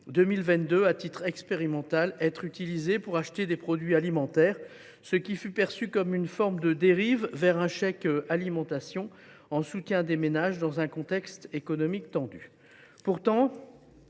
à titre expérimental pour acheter des produits alimentaires. Cela fut perçu comme une forme de dérive vers un chèque alimentation, en soutien des ménages dans un contexte économique tendu.